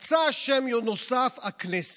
הוא מצא אשם נוסף, הכנסת.